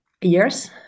years